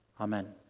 Amen